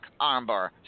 armbar